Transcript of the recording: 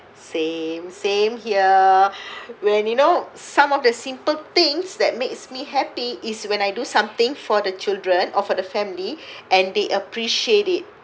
same same here when you know some of the simple things that makes me happy is when I do something for the children or for the family and they appreciate it